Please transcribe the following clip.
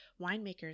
winemakers